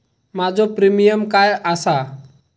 माझो प्रीमियम काय आसा?